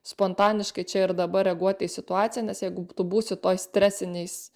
spontaniškai čia ir dabar reaguoti į situaciją nes jeigu tu būsi toj stresinėj